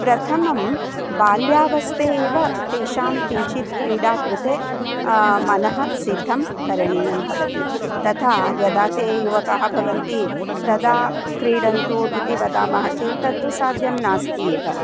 प्रथमं बाल्यावस्थायाम् एव तेषां किञ्चित् क्रीडां कृते मनः सिद्धं करणीयं भवति तथा यदा ते युवकाः भवन्ति तदा क्रीडन्तु इति वदामः चेत् तत्तु साध्यं नास्ति एव